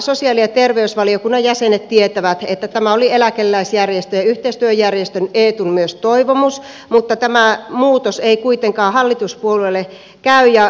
sosiaali ja terveysvaliokunnan jäsenet tietävät että tämä oli myös eläkeläisjärjestöjen yhteistyöjärjestön eetun toivomus mutta tämä muutos ei kuitenkaan hallituspuolueille käy